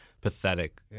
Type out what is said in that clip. pathetic